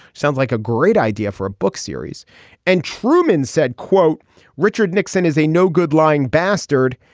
sounds like a great idea for a book series and truman said quote richard nixon is a no good lying bastard.